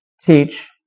teach